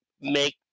make